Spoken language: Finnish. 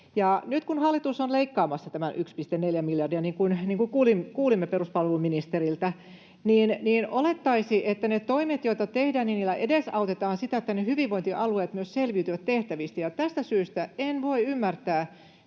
Nyt kun hallitus on leikkaamassa tämän 1,4 miljardia — niin kuin kuulimme peruspalveluministeriltä — niin olettaisi, että niillä toimilla, joita tehdään, edesautetaan sitä, että ne hyvinvointialueet myös selviytyvät tehtävistä. Tästä syystä en voi ymmärtää,